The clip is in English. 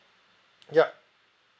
ya